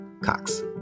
Cox